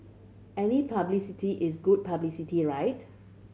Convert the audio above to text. any publicity is good publicity right